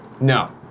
No